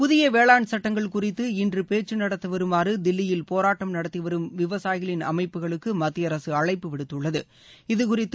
புதிய வேளாண் சட்டங்கள் குறித்து இன்று பேச்சு நடத்த வருமாறு தில்லியில் போராட்டம் நடத்திவரும் விவசாயிகளின் அமைப்புகளுக்கு மத்திய அரசு அழைப்பு விடுத்துள்ளது இதுகுறித்து